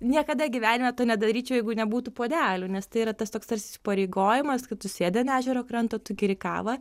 niekada gyvenime to nedaryčiau jeigu nebūtų puodelių nes tai yra tas toks tarsi įsipareigojimas kad tu sėdi ant ežero kranto tu geri kavą